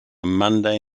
monday